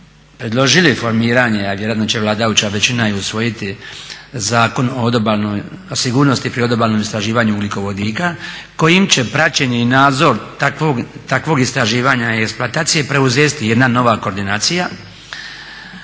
predložili formiranje a vjerojatno će vladajuća većina i usvojiti Zakon o sigurnosti pri odobalnom istraživanju ugljikovodika kojim će praćenje i nadzor takvog istraživanja i eksploatacije preuzeti jedna nova koordinacija